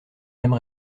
mêmes